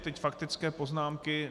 Teď faktické poznámky.